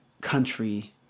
country